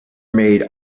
made